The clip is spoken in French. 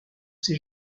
ces